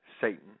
Satan